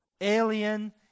alien